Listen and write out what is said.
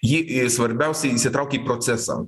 jai svarbiausia įsitraukti į procesą